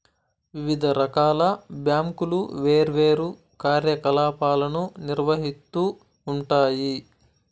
వివిధ రకాల బ్యాంకులు వేర్వేరు కార్యకలాపాలను నిర్వహిత్తూ ఉంటాయి